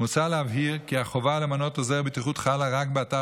מוצע להבהיר כי החובה למנות עוזר בטיחות חלה רק באתר